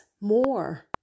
more